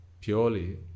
purely